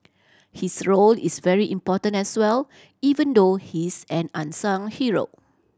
his role is very important as well even though he is an unsung hero